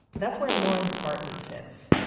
that's where lawrence bartley sits.